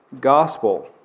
Gospel